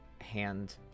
hand